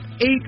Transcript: eight